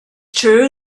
true